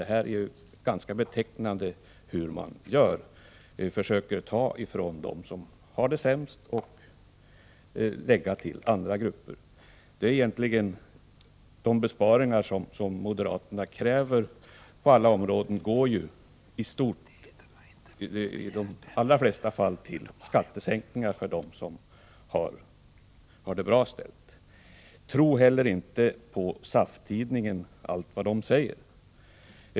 Det är betecknande att de försöker ta från dem som har det sämst och ge till andra grupper. De besparingar som moderaterna kräver går i de allra flesta fall till skattesänkningar för dem som har det bra ställt. Tro heller inte allt vad SAF-Tidningen säger!